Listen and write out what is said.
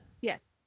Yes